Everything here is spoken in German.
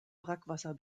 brackwasser